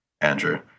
Andrew